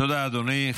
תודה, אדוני.